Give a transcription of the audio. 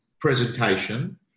presentation